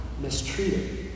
mistreated